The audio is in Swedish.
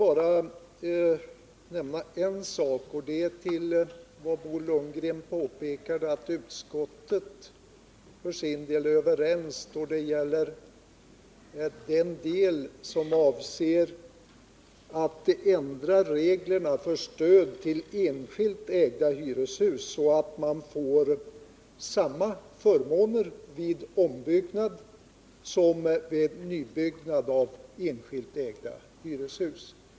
Jag skall ta upp det som Bo Lundgren sade om att utskottet är enigt när det gäller att ändra reglerna till stöd för enskilt ägda privathus, så att man får samma förmåner vid ombyggnad som vid nybyggnad av enskilt ägda hyreshus.